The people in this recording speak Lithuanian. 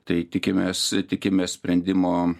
tai tikimės tikimės sprendimo